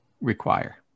require